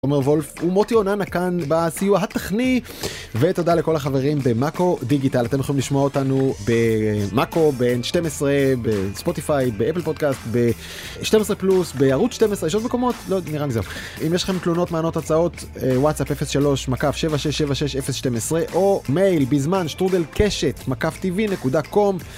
עומר וולף ומוטי אוננה כאן בסיוע הטכני, ותודה לכל החברים במאקו דיגיטל. אתם יכולים לשמוע אותנו במאקו, ב-N12, בספוטיפיי, באפל פודקאסט, ב-12 פלוס, בערוץ 12, יש עוד מקומות? לא יודע, נראה לי זהו. אם יש לכם תלונות, מענות, הצעות, וואטסאפ 03-7676012, או מייל, בזמן, שטרודל קשת, מקף TV.com